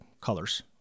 colors